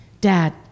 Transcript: dad